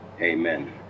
Amen